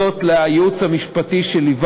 מדינה שהייתה לצד מדינת ישראל משחר קיומה,